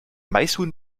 maishuhn